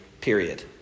period